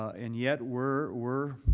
and yet we're we're